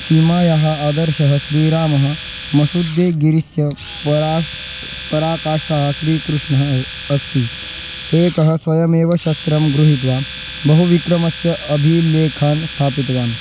सीमायाः आदर्शः श्रीरामः मसुद्देगिरिस्य पराश् पराकाष्ठा श्रीकृष्णः अस्ति एकः स्वयमेव शस्त्रं गृहीत्वा बहुविक्रमस्य अभिलेखान् स्थापितवान्